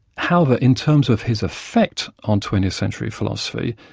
however, in terms of his effect on twentieth century philosophy,